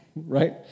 right